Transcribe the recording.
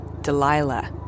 Delilah